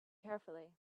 carefully